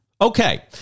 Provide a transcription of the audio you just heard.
Okay